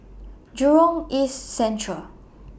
Jurong East Central